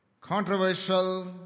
controversial